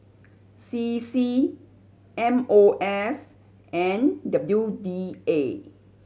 C C M O F and W D A